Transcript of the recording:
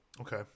Okay